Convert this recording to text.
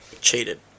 cheated